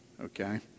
okay